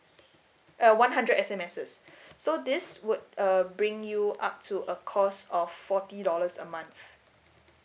uh one hundred S_M_S so this would uh bring you up to a cost of forty dollars a month